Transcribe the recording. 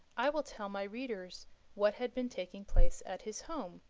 i will tell my readers what had been taking place at his home,